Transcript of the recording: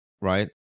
Right